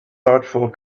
artful